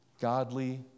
Godly